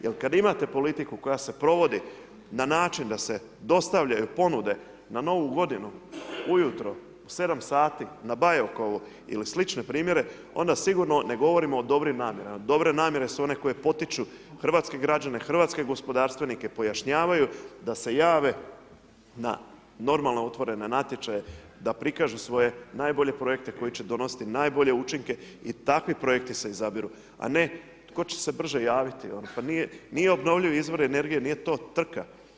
Jer kad imate politiku koja se provodi na način da se dostavljaju ponude na novu godinu ujutro u 7 sati na Bajakovo ili slične primjere onda sigurno ne govorimo o dobrim namjerama, dobre namjere su one koje potiču hrvatske građane, hrvatske gospodarstvenike, pojašnjavaju da se jave na normalno otvorene natječaje, da prikažu svoje najbolje projekte koji će donositi najbolje učinke i takvi projekti se izabiru a ne tko će se brže javiti, nije obnovljiv izvor energije, nije to trka.